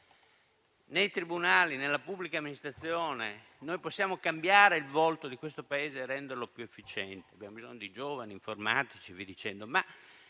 nei tribunali, nella pubblica amministrazione possiamo cambiare il volto di questo Paese e renderlo più efficiente. Abbiamo bisogno di giovani, di informatici e così